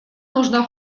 нужна